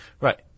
Right